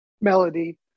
melody